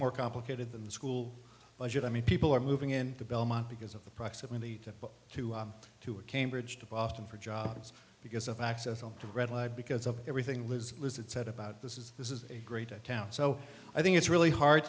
more complicated than the school budget i mean people are moving in the belmont because of the proximity to to to a cambridge to boston for jobs because of access off to redwood because of everything liz liz it's said about this is this is a great town so i think it's really hard